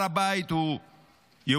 הר הבית הוא יהודי,